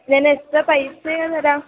ഞാനെത്ര പൈസയാണ് തരാം